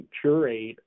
curate